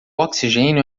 oxigênio